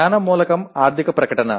జ్ఞాన మూలకం ఆర్థిక ప్రకటన